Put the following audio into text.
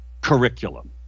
curriculum